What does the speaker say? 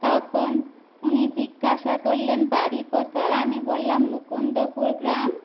তখন উনি জিজ্ঞাসা করলেন বাড়ি কোথায় আমি বললাম মুকুন্দপুর গ্রাম